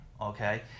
okay